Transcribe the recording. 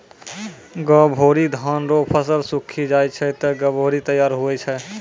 गभोरी धान रो फसल सुक्खी जाय छै ते गभोरी तैयार हुवै छै